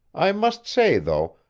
i must say, though,